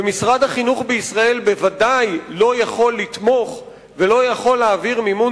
ומשרד החינוך בישראל בוודאי לא יכול לתמוך ולא יכול להעביר מימון